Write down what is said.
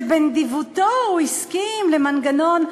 שבנדיבותו הוא הסכים למנגנון,